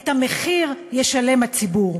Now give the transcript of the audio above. את המחיר ישלם הציבור.